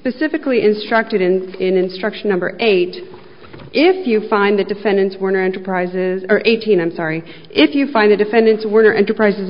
specifically instructed in instruction number eight if you find the defendants were enterprises or eighteen i'm sorry if you find the defendants were enterprises